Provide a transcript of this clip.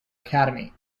academy